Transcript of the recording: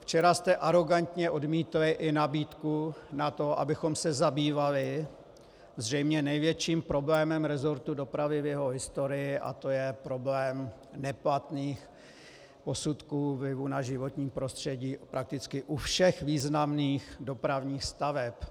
Včera jste arogantně odmítli i nabídku na to, abychom se zabývali zřejmě největším problémem resortu dopravy v jeho historii, a to je problém neplatných posudků vlivu na životní prostředí prakticky u všech významných dopravních staveb.